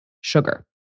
sugar